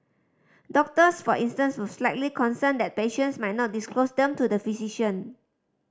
doctors for instance were slightly concerned that patients might not disclose them to the physician